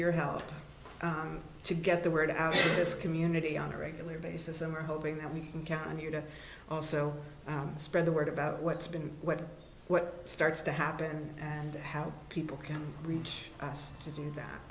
your help to get the word out of this community on a regular basis i'm hoping that we can count on you to also spread the word about what's been what what starts to happen and how people can reach us to do that